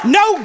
no